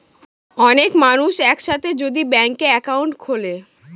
অনেক মানুষ এক সাথে যদি ব্যাংকে একাউন্ট খুলে